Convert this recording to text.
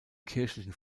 kirchlichen